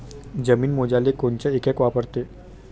जमीन मोजाले कोनचं एकक वापरते?